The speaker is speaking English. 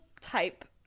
type